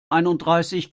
einunddreißig